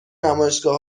نمایشگاه